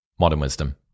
modernwisdom